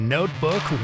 Notebook